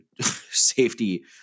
safety